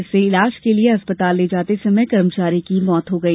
जिससे इलाज के लिये समय अस्पताल ले जाते समय कर्मचारी की मौत हो गई